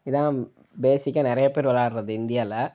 இதுதான் பேசிக்காக நிறைய பேர் விளையாடுறது இந்தியாவில்